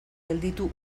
gelditu